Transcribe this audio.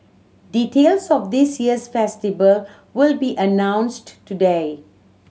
details of this year's festival will be announced today